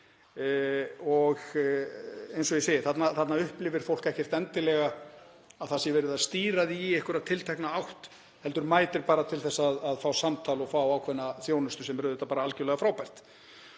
Eins og ég segi þá upplifir fólk ekkert endilega að það sé verið að stýra því í einhverja tiltekna átt heldur mætir það bara til þess að fá samtal og fá ákveðna þjónustu, sem er auðvitað algerlega frábært.